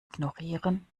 ignorieren